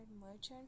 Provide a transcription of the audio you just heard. Merchant